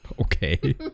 okay